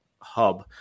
hub